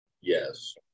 Yes